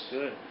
Good